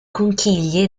conchiglie